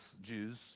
jews